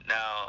Now